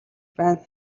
байна